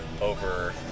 over